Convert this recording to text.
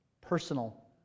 personal